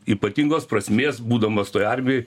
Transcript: ypatingos prasmės būdamas toj armijoj